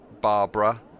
Barbara